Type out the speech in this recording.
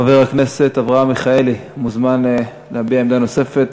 חבר הכנסת אברהם מיכאלי מוזמן להביע עמדה נוספת.